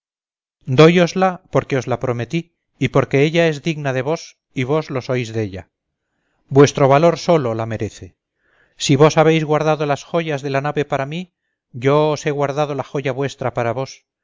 indias dóyosla porque os la prometí y porque ella es digna de vos y vos lo sois della vuestro valor sólo la merece si vos habéis guardado las joyas de la nave para mí yo os he guardado la joya vuestra para vos